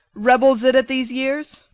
rebels it at these years?